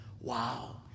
Wow